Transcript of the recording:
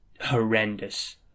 horrendous